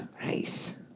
Nice